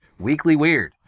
weeklyweird